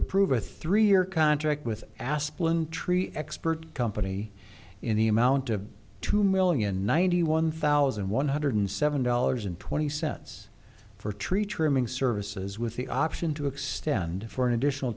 approve a three year contract with asplund tree expert company in the amount of two million ninety one thousand one hundred seven dollars and twenty cents for tree trimming services with the option to extend for an additional